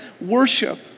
worship